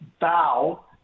bow